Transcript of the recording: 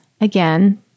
again